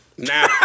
Now